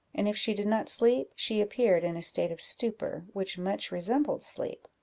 and if she did not sleep, she appeared in a state of stupor, which much resembled sleep.